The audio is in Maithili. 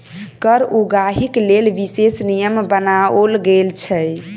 कर उगाहीक लेल विशेष नियम बनाओल गेल छै